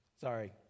Sorry